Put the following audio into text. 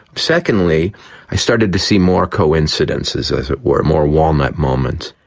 secondly i started to see more coincidences, as it were, more walnut moments.